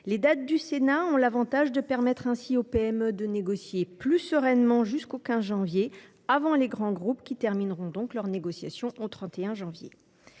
présentent ainsi l’avantage de permettre aux PME de négocier plus sereinement jusqu’au 15 janvier, avant les grands groupes, qui termineront leurs négociations le 31 janvier.